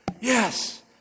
yes